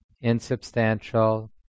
insubstantial